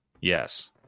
Yes